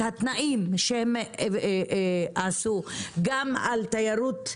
את התנאים שהם עשו גם לתיירות,